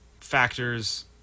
factors